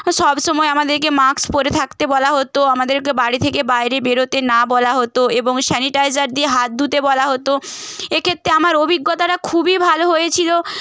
সবসময় আমাদেরকে মাস্ক পরে থাকতে বলা হত আমাদেরকে বাড়ি থেকে বাইরে বেরোতে না বলা হত এবং স্যানিটাইজার দিয়ে হাত ধুতে বলা হত এক্ষেত্রে আমার অভিজ্ঞতাটা খুবই ভালো হয়েছিল